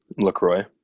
LaCroix